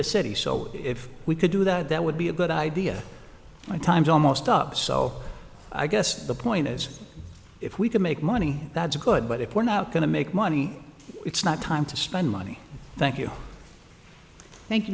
the city so if we could do that that would be a good idea my time's almost up so i guess the point is if we can make money that's good but if we're not going to make money it's not time to spend money thank you thank you